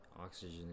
oxygen